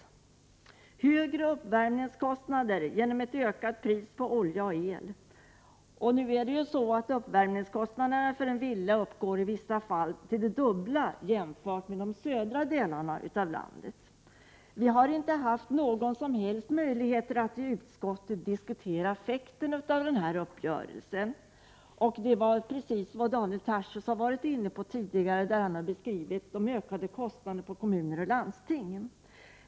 De får högre uppvärmningskostnader genom ett högre pris på olja och el. Uppvärmningskostnaderna för en villa uppgår i vissa fall till det dubbla jämfört med i de södra delarna av landet. Vi har inte haft någon som helst möjlighet att i utskottet diskutera effekten av denna uppgörelse. Det är precis vad Daniel Tarschys har varit inne på tidigare, när han har beskrivit de ökade kostnaderna för kommuner och landsting.